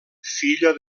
filla